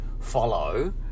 follow